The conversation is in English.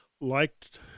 liked